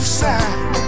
side